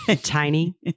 tiny